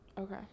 Okay